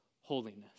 holiness